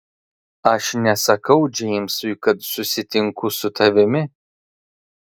aš nesakau džeimsui kad susitinku su tavimi